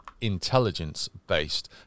intelligence-based